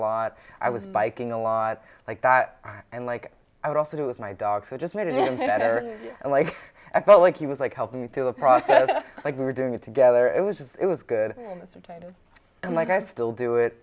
lot i was biking a lot like that and like i would also do with my dog who just made him feel better and like i felt like he was like help me through the process like we were doing it together it was it was good and i can still do it